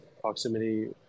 proximity